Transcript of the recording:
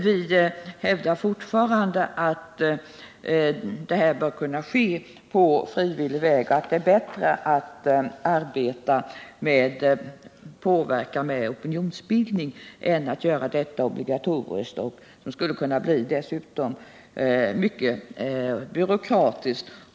Vi vidhåller att en sådan uppdelning bör kunna ske på frivillig väg och att det är bättre att arbeta med påverkan och opinionsbildning än att göra detta obligatoriskt. Det skulle dessutom kunna bli mycket byråkratiskt.